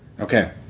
Okay